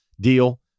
deal